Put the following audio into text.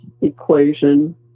equation